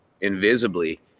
invisibly